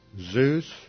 Zeus